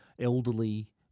elderly